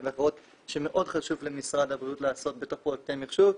ואחרות שמאוד חשוב למשרד הבריאות לעשות בתוך פרויקטים של מחשוב,